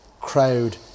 crowd